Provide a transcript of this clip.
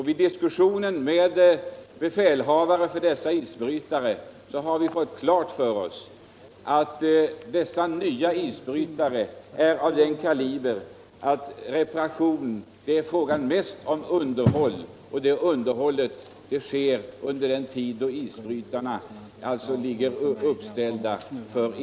Vid diskussion med befälhavare för dessa isbrytare har vi fått klart för oss att dessa nya isbrytare är av den kalibern att det mest är fråga om underhåll och inte reparation och att det underhållet sker under den tid då isbrytarna inte är i verksamhet.